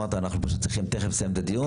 אמרת, אנחנו פשוט צריכים תכף לסיים את הדיון.